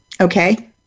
Okay